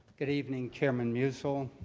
good evening, chairman musil,